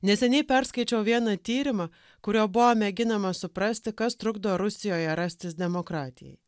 neseniai perskaičiau vieną tyrimą kuriuo buvo mėginama suprasti kas trukdo rusijoje rastis demokratijai